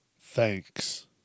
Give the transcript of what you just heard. Thanks